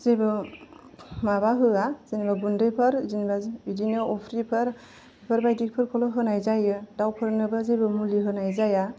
जेबो माबा होया जोङो गुन्दैफोर बिदिनो अफ्रिफोर बेफोरबादिखौल' होनाय जायो दाउफोरनोबो बेबादि मुलिफोर होनाय जाया